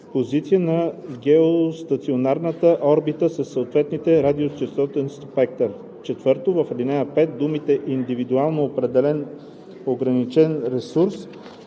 позиция на геостационарната орбита със съответния радиочестотен спектър“. 4. В ал. 5 думите „индивидуално определен ограничен ресурс